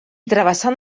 travessant